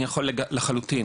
לחלוטין.